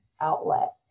outlet